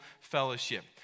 fellowship